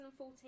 2014